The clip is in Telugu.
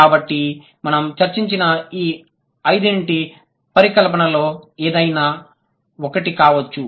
కాబట్టి మనం చర్చించిన ఈ ఐదింటి పరికల్పనలో ఏదైనా ఒకటి కావచ్చు